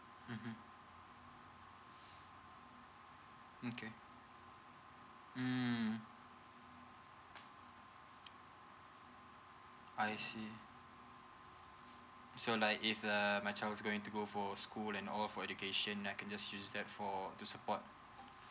mmhmm okay mm I see so like if err my child is going to go for school and all for education I can just use that for to support